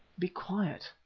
be quiet,